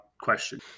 question